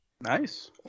Nice